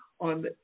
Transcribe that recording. on